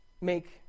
make